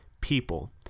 people